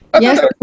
Yes